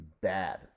bad